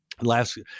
last